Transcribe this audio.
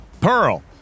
Pearl